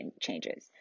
changes